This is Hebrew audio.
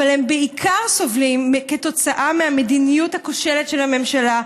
אבל הם סובלים בעיקר כתוצאה מהמדיניות הכושלת של הממשלה,